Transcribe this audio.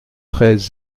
treize